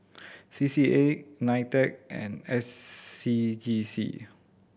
C C A NITEC and S C G C